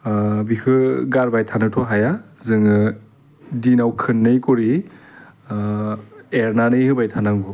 बिखो गारबाय थानोथ' हाया जोङो दिनाव खोननै खरि एरनानै होबाय थानांगौ